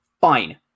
Fine